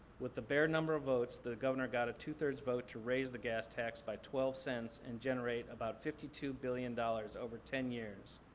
with the bare number of votes, the governor got a two three rds vote to raise the gas tax by twelve cents and generate about fifty two billion dollars over ten years.